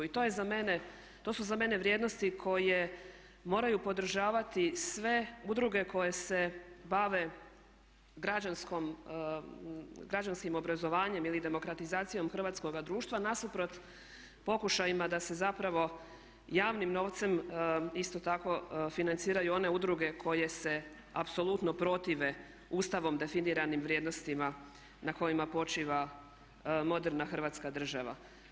I to je za mene, to su za mene vrijednosti koje moraju podražavati sve udruge koje se bave građanskim obrazovanjem ili demokratizacijom hrvatskoga društva nasuprot pokušajima da se zapravo javnim novcem isto tako financiraju one udruge koje se apsolutno protive ustavom definiranim vrijednostima na kojima počiva moderna hrvatska država.